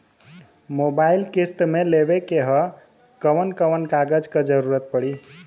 Mobile किस्त मे लेवे के ह कवन कवन कागज क जरुरत पड़ी?